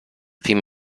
fim